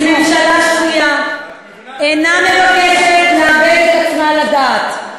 כי ממשלה שפויה אינה מבקשת לאבד את עצמה לדעת.